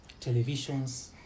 televisions